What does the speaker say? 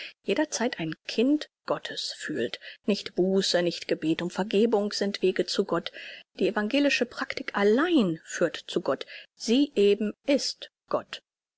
jederzeit ein kind gottes fühlt nicht buße nicht gebet um vergebung sind wege zu gott die evangelische praktik allein führt zu gott sie eben ist gott